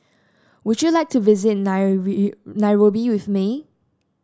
would you like to visit Nairobi with me